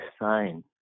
sign